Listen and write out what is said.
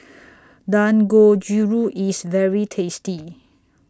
Dangojiru IS very tasty